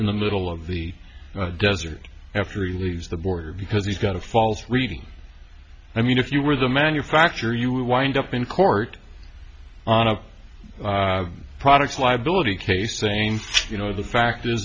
in the middle of the desert after he leaves the border because he's got a false reading i mean if you were the manufacturer you wind up in court on a products liability case saying you know the fact is